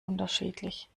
unterschiedlich